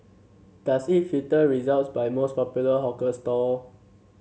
does it filter results by most popular hawker stall